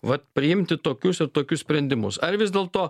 vat priimti tokius ir tokius sprendimus ar vis dėlto